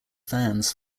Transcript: fans